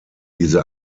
diese